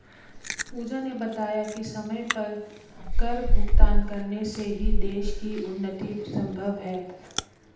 पूजा ने बताया कि समय पर कर भुगतान करने से ही देश की उन्नति संभव है